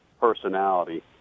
personality